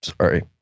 Sorry